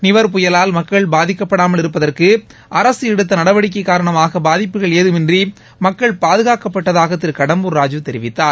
நிவர் புயலால் மக்கள் பாதிக்கப்படாமல் இருப்பதற்கு அரசு எடுத்த நடவடிக்கை காரணமாக பாதிப்புகள் ஏதுமின்றி மக்கள் பாதுகாக்கப்பட்டதாக திரு கடம்பூர் ராஜூ தெரிவித்தார்